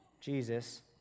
Jesus